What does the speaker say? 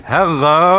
Hello